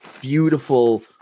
beautiful